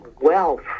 wealth